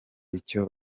icyo